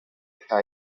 heights